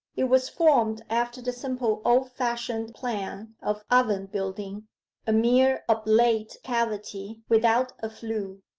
it was formed after the simple old-fashioned plan of oven-building a mere oblate cavity without a flue.